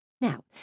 Now